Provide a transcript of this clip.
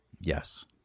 Yes